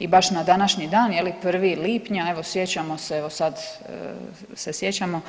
I baš na današnji dan je li 1. lipnja evo sjećamo se evo sad se sjećamo